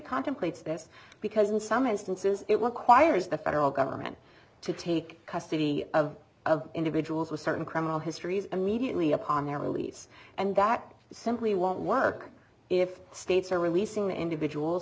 contemplates this because in some instances it will quires the federal government to take custody of of individuals with certain criminal histories immediately upon their release and that simply won't work if states are releasing individuals